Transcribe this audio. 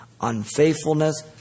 unfaithfulness